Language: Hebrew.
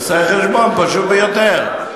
תעשה חשבון פשוט ביותר.